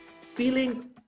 feeling